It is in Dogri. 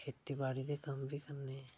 खेतीबाड़ी दे कम्म बी करने